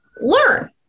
learn